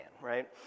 right